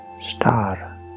star